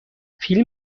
فیلم